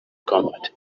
combat